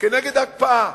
כנגד ההקפאה,